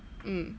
mm